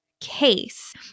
Case